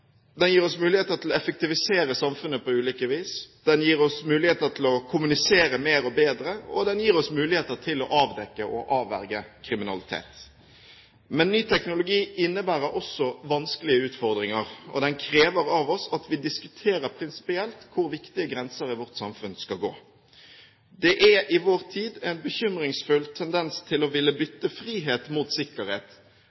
Den gir oss muligheter til å effektivisere samfunnet på ulike vis. Den gir oss muligheter til å kommunisere mer og bedre, og den gir oss muligheter til å avdekke og avverge kriminalitet. Men ny teknologi innebærer også vanskelige utfordringer. Den krever av oss at vi diskuterer prinsipielt hvor viktige grenser i vårt samfunn skal gå. Det er i vår tid en bekymringsfull tendens til å ville